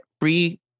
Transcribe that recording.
free